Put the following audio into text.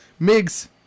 Migs